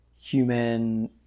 human